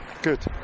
Good